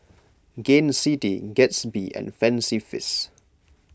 Gain City Gatsby and Fancy Feast